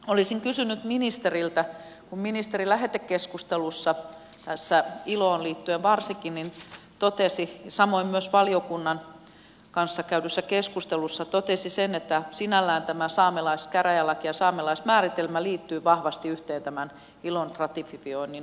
olisin kysynyt ministeriltä kun ministeri lähetekeskustelussa iloon liittyen varsinkin totesi samoin kuin totesi myös valiokunnan kanssa käydyssä keskustelussa että sinällään tämä saamelaiskäräjälaki ja saamelaismääritelmä liittyvät vahvasti yhteen tämän ilon ratifioinnin osalta